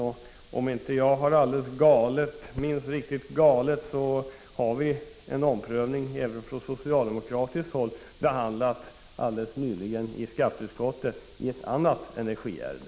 Om jag inte minns alldeles galet förekom en omprövning även från socialdemokratiskt håll helt nyligen i skatteutskottet i ett annat energiärende.